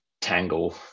tangle